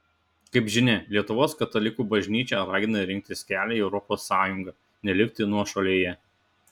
kaip žinia lietuvos katalikų bažnyčia ragina rinktis kelią į europos sąjungą nelikti nuošalėje